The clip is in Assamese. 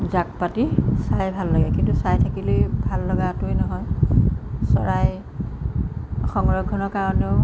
জাক পাতি চাই ভাল লাগে কিন্তু চাই থাকিলেই ভাল লগাটোৱেই নহয় চৰাই সংৰক্ষণৰ কাৰণেও